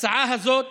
ההצעה הזאת